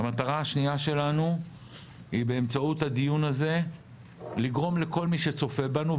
המטרה השנייה שלנו היא באמצעות הדיון הזה לגרום לכל מי שצופה בנו,